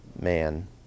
man